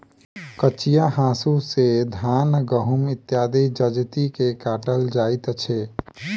कचिया हाँसू सॅ धान, गहुम इत्यादि जजति के काटल जाइत छै